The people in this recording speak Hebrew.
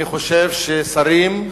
אני חושב ששרים,